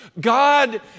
God